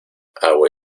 agua